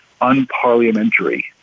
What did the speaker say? unparliamentary